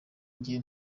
jye